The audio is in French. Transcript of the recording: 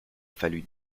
fallu